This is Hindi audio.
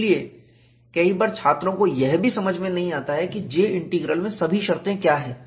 इसलिए कई बार छात्रों को यह भी समझ में नहीं आता है कि J इंटीग्रल में सभी शर्तें क्या हैं